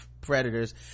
predators